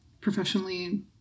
professionally